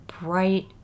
bright